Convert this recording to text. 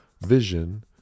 vision